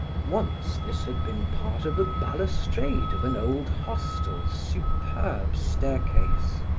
once this had been part of a balustrade of an old hostel's superb staircase.